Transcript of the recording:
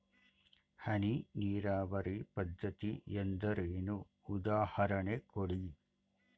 ಹನಿ ನೀರಾವರಿ ಪದ್ಧತಿ ಎಂದರೇನು, ಉದಾಹರಣೆ ಕೊಡಿ?